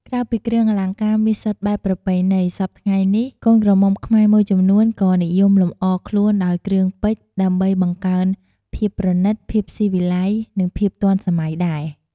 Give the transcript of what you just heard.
ក្រៅពីគ្រឿងអលង្ការមាសសុទ្ធបែបប្រពៃណី សព្វថ្ងៃនេះ កូនក្រមុំខ្មែរមួយចំនួនក៏និយមលម្អខ្លួនដោយ គ្រឿងពេជ្រ ដើម្បីបង្កើនភាពប្រណីត ភាពស៊ីវិល័យ និងភាពទាន់សម័យដែរ។